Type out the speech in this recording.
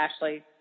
Ashley